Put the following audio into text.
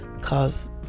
cause